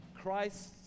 Christ